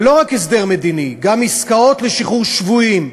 ולא רק הסדר מדיני, גם עסקאות לשחרור שבויים,